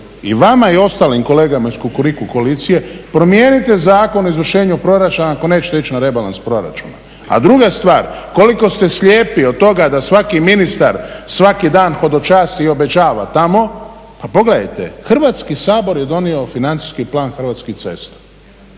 i vama i ostalim kolegama iz Kukuriku koalicije, promijenite Zakon o izvršenju proračuna ako nećete ići na rebalans proračuna. A druga stvar, koliko ste slijepi od toga da svaki ministar svaki dan hodočasti i obećava tamo, pa pogledajte Hrvatski sabor je donio Financijski plan Hrvatskih cesta